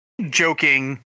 joking